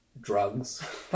drugs